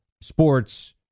sports